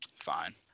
fine